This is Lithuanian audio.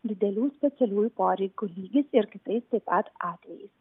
didelių specialiųjų poreikių lygis ir kitais taip pat atvejais